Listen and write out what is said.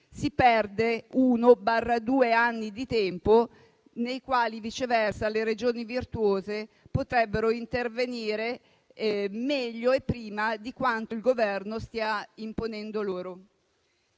si perdono uno-due anni di tempo nei quali le Regioni virtuose potrebbero intervenire meglio e prima di quanto il Governo stia imponendo loro.